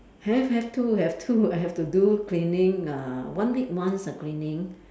have have too have too I have to do cleaning uh one week once ah cleaning